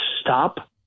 stop